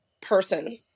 person